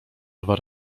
dwa